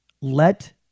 Let